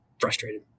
frustrated